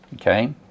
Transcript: Okay